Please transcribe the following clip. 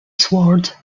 sword